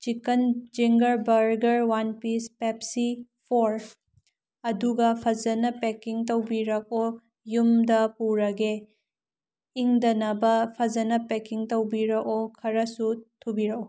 chicken zinger burger one piece Pepsi four ꯑꯗꯨꯒ ꯐꯖꯅ packing ꯇꯧꯕꯤꯔꯛꯑꯣ ꯌꯨꯝꯗ ꯄꯨꯔꯒꯦ ꯏꯪꯗꯅꯕ ꯐꯖꯅ ꯄꯦꯛꯀꯤꯡ ꯇꯧꯕꯤꯔꯛꯑꯣ ꯈꯔꯁꯨ ꯊꯨꯕꯤꯔꯛꯑꯣ